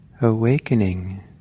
awakening